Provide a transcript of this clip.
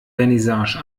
vernissage